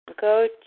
Go